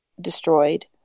destroyed